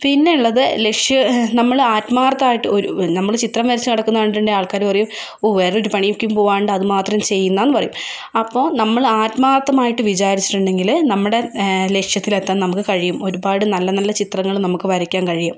പിന്നെ ഉള്ളത് നമ്മൾ ആത്മാർത്ഥമായിട്ട് ഒരു നമ്മൾ ചിത്രം വരച്ച് നടക്കുന്ന കണ്ടിട്ടുണ്ടെങ്കിൽ ആൾക്കാർ പറയും ഓ വേറെയൊരു പണിക്കും പോവാണ്ട് അതു മാത്രം ചെയ്യുന്നതെന്ന് പറയും അപ്പോൾ നമ്മൾ ആത്മാർത്ഥമായിട്ട് വിചാരിച്ചിട്ടുണ്ടെങ്കിൽ നമ്മുടെ ലക്ഷ്യത്തിൽ എത്താൻ നമുക്ക് കഴിയും ഒരുപാട് നല്ല നല്ല ചിത്രങ്ങൾ നമുക്ക് വരയ്ക്കാൻ കഴിയും